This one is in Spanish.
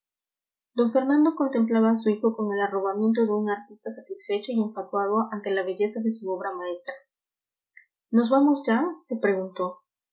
d fernando contemplaba a su hijo con el arrobamiento de un artista satisfecho y enfatuado ante la belleza de su obra maestra nos vamos ya le preguntó